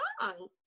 song